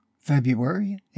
February